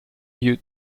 you